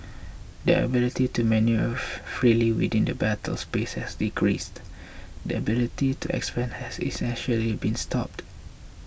their ability to manoeuvre freely within the battle spaces has decreased their ability to expand has essentially been stopped